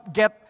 get